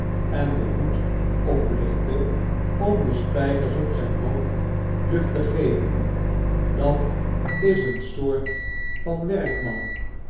en den hoed oplichtte om de spijkers op zjjn hoofd lucht te geven dat is een soort van een werkman